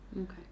okay